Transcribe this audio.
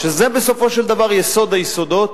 שזה בסופו של דבר יסוד היסודות,